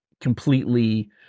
completely